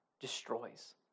destroys